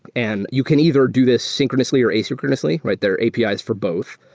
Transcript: and you can either do this synchronously or asynchronously. there are apis for both.